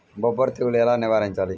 బొబ్బర తెగులు ఎలా నివారించాలి?